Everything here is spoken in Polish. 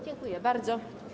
Dziękuję bardzo.